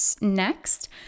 next